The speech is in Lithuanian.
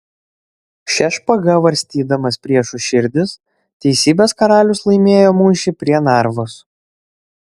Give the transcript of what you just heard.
šia špaga varstydamas priešų širdis teisybės karalius laimėjo mūšį prie narvos